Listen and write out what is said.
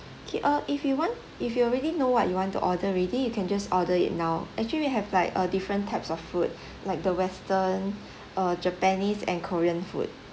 okay uh if you want if you already know what you want to order already you can just order it now actually we have like uh different types of food like the western uh japanese and korean food